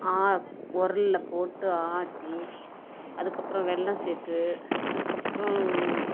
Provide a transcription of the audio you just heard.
ஆ உரல்ல போட்டு ஆட்டி அதுக்கப்புறம் வெல்லம் சேர்த்து அதுக்கப்புறம்